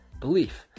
belief